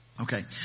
Okay